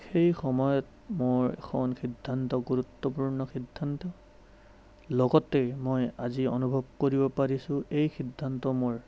সেই সময়ত মোৰ এখন সিদ্ধান্ত গুৰুত্বপূৰ্ণ সিদ্ধান্ত লগতে মই আজি অনুভৱ কৰিব পাৰিছোঁ এই সিদ্ধান্ত মোৰ